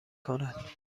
کند